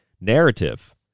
narrative